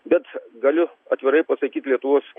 bet galiu atvirai pasakyt lietuvos